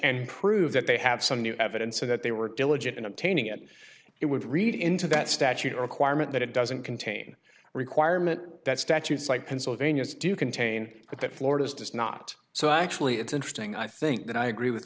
and prove that they have some new evidence so that they were diligent in obtaining it it would read into that statute a requirement that it doesn't contain a requirement that statutes like pennsylvania's do contain it that florida's does not so actually it's interesting i think that i agree with